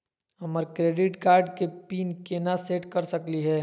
हमर credit card के PIN केना सेट कर सकली हे?